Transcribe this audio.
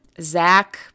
Zach